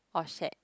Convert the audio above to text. or shared